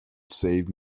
save